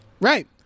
right